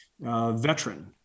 veteran